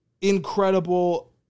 incredible